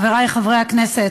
הכנסת,